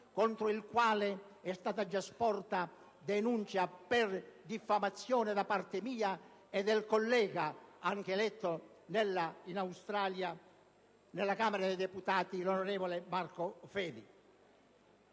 contro il quale è stata già sporta denuncia per diffamazione da parte mia e del collega, anche eletto in Australia, della Camera dei deputati, onorevole Marco Fedi.